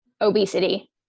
Obesity